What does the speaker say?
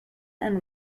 and